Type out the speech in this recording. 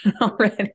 already